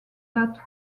that